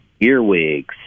earwigs